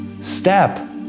step